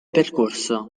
percorso